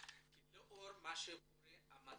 כי לאור מה שקורה בצרפת,